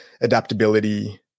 adaptability